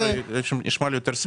זה נשמע לי יותר סביר.